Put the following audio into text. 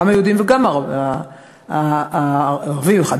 גם היהודים וגם הערבים,